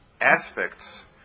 aspects